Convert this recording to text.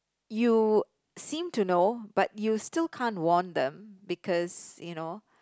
you seem to know but you still can't warn them because you know